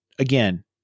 Again